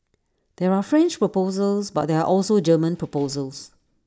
there are French proposals but there are also German proposals